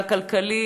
הכלכלית,